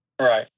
Right